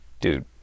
dude